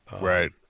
Right